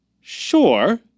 Sure